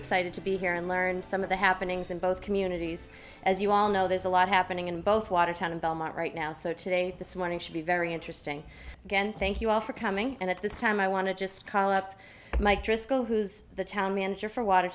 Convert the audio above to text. excited to be here and learn some of the happenings in both communities as you all know there's a lot happening in both watertown and belmont right now so today this morning should be very interesting again thank you all for coming and at this time i want to just call up mike driscoll who's the town manager for water